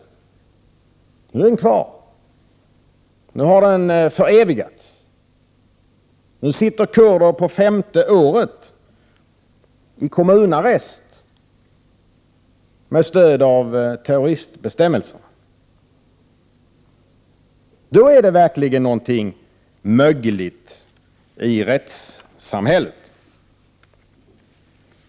Ännu är den kvar. Nu har den förevigats. Nu sitter kurder på femte året i kommunarrest med stöd av terroristbestämmelserna. Då är verkligen någonting mögligt i rättssamhället.